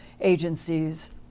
agencies